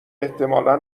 احتمالا